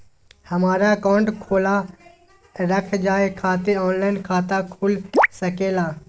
हमारा अकाउंट खोला रखा जाए खातिर ऑनलाइन खाता खुल सके ला?